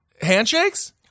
Handshakes